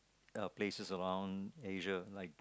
uh places around Asia like